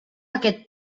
aquest